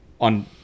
on